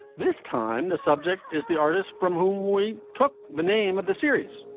this time the subject is the artists from whom we took the name of the series.